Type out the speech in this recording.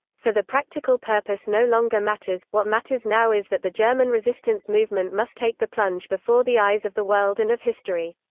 for the practical purpose no longer matters what matters now is that the german resistance movement must take the plunge before the eyes of the world and of history.